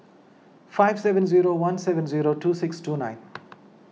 five seven zero one seven zero two six two nine